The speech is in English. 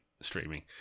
streaming